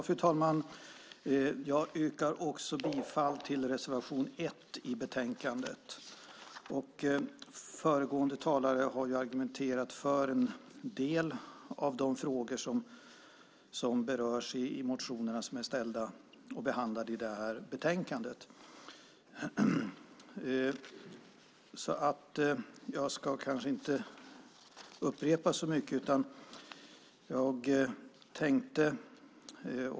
Fru talman! Jag yrkar bifall till reservation 1 i betänkandet. Föregående talare har argumenterat för en del av de frågor som berörs i motionerna som tas upp i betänkandet. Jag ska inte upprepa så mycket.